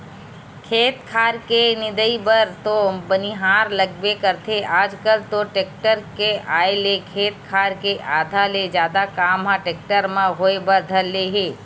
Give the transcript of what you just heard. खेत खार के निंदई बर तो बनिहार लगबे करथे आजकल तो टेक्टर के आय ले खेत खार के आधा ले जादा काम ह टेक्टर म होय बर धर ले हे